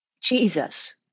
Jesus